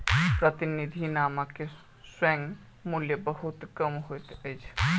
प्रतिनिधि धनक स्वयं मूल्य बहुत कम होइत अछि